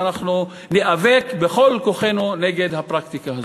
ואנחנו ניאבק בכל כוחנו נגד הפרקטיקה הזאת.